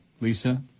Lisa